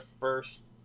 first